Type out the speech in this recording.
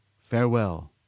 farewell